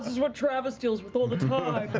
what travis deals with all the time.